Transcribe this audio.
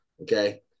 okay